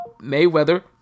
Mayweather